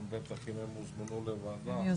אם הם הוזמנו לוועדה,